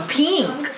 pink